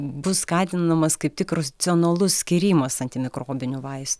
bus skatinamas kaip tik racionalus skyrimas antimikrobinių vaistų